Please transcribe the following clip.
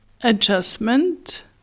adjustment